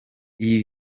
iyi